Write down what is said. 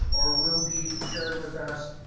or will be shared with us